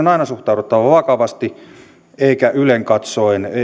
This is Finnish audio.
on aina suhtauduttava vakavasti eikä ylenkatsoen